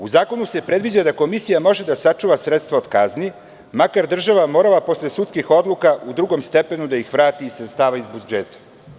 U zakonu se predviđa da komisija može da sačuva sredstva od kazni makar država morala posle sudskih odluka u drugom stepenu da ih vrati iz sredstava iz budžeta.